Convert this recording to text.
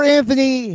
Anthony